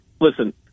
listen